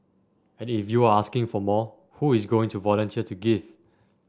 and if you are asking for more who is going to volunteer to give